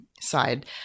side